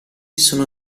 sono